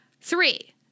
Three